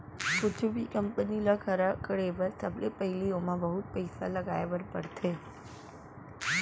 कुछु भी कंपनी ल खड़ा करे बर सबले पहिली ओमा बहुत पइसा लगाए बर परथे